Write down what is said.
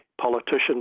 Politicians